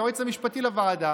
היועץ המשפטי לוועדה,